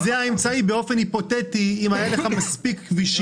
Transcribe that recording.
אני אומר לך באחריות שזה פתיר.